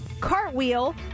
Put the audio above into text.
Cartwheel